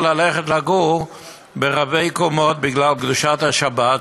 ללכת לגור ברבי-קומות בגלל קדושת השבת,